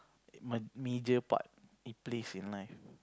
a major part it plays in life